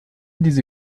diese